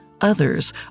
Others